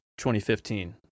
2015